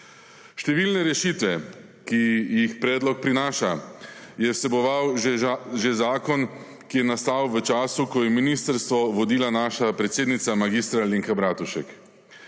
Številne rešitve, ki jih predlog prinaša je vseboval že zakon, ki je nastal v času ko je ministrstvo vodila naša predsednica mag. Alenka Bratušek.